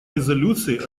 резолюции